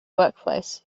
workplace